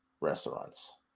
restaurants